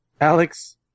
Alex